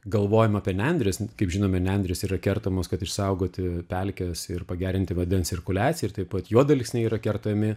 galvojam apie nendrės kaip žinome nendrės yra kertamos kad išsaugoti pelkes ir pagerinti vandens cirkuliaciją ir taip pat juodalksniai yra kertami